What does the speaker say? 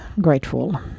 grateful